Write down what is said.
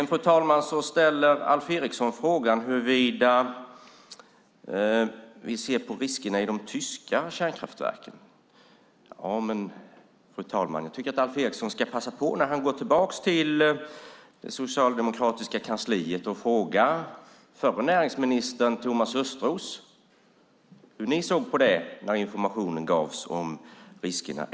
Fru talman! Alf Eriksson ställer frågan hur vi ser på riskerna i de tyska kärnkraftverken. Då tycker jag att Alf Eriksson när han går tillbaka till det socialdemokratiska kansliet ska passa på att fråga förre näringsministern Thomas Östros hur ni såg på det när informationen om riskerna gavs.